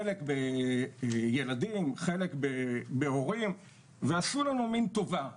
חלק הילדים, חלק בהורים ועשו לנו מן טובה.